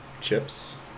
chips